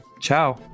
Ciao